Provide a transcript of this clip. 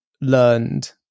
learned